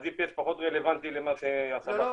ה-GPS פחות רלוונטי למה שהשב"ס מחפש.